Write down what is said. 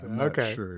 Okay